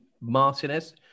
Martinez